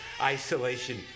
isolation